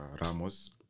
Ramos